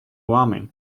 warming